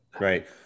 Right